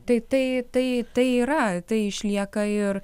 tai tai tai tai yra tai išlieka ir